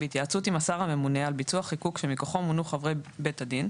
בהתייעצות עם השר הממונה על ביצוע החיקוק שמכוחו מונו חברי בית הדין,